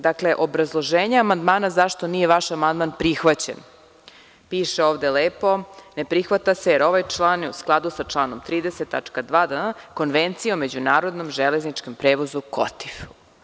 Dakle, obrazloženje amandmana zašto nije vaš amandman prihvaćen, piše ovde lepo – ne prihvata se jer ovaj član je u skladu sa članom 30. tačka 2. Konvencije o međunarodnom železničkom prevozu KOTIF.